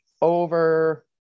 over